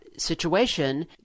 situation